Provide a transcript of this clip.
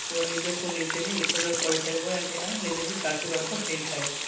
ଓ ନିଜକୁ ନିଜେ ହିଁ ଉପଯୋଗ କରିଥାଏ ଓ ଏହା ନିଜେ ହିଁ କାର୍ଯ୍ୟ ରତ ହୋଇଥାଏ